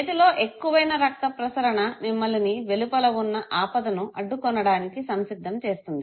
చేతిలో ఎక్కువైన రక్తప్రసరణ మిమ్మలిని వెలుపల ఉన్న ఆపదను అడ్డుకొనడానికి సంసిద్ధం చేస్తుంది